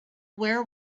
where